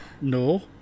No